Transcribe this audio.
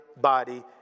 body